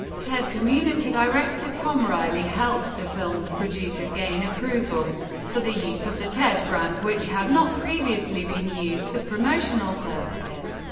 ted community director tom rielly helped the film's producers gain approval for the use of the ted brand, which had not previously been used for promotional purposes.